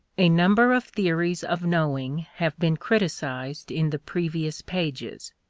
a number of theories of knowing have been criticized in the previous pages.